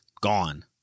gone